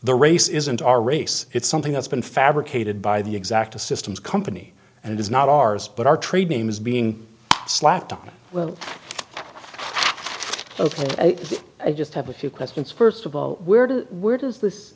the race isn't our race it's something that's been fabricated by the exacta systems company and it is not ours but our trade name is being slapped on a little ok i just have a few questions first of all weird where does this